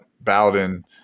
Bowden